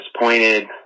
disappointed